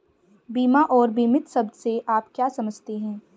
बीमा और बीमित शब्द से आप क्या समझते हैं?